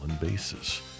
bases